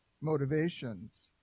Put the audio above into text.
motivations